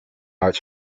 arts